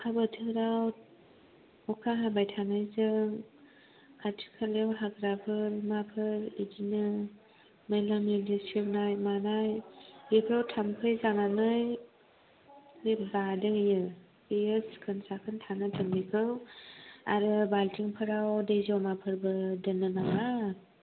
अखा बोथोराव अखा हाबाय थानायजों खाथि खालायाव हाग्राफोर माफोर बिदिनो मैला मैलि सेवनाय मानाय बेफोराव थाम्फै जानानै बे जादों बेयो बेयो सिखोन साखोन थानो जोंनिखौ आरो बाल्टिंफोराव दै जमाफोरबो दोननो नाङा